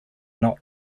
not